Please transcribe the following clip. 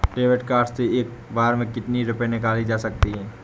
David card से एक बार में कितनी रूपए निकाले जा सकता है?